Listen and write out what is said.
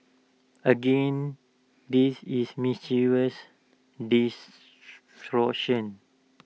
again this is mischievous distortion